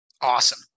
Awesome